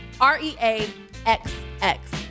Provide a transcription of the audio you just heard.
R-E-A-X-X